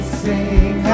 sing